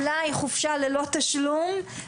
אולי חופשה ללא תשלום,